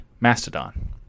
Mastodon